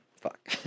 Fuck